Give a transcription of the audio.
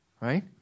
Right